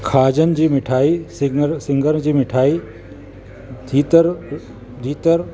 खाॼन जी मिठाई सिङर सिण्रग जी मिठाई जीतर जीतर